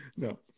No